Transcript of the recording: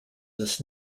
this